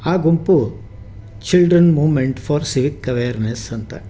ಆ ಗುಂಪು children movement for civic awareness ಅಂತ